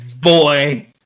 Boy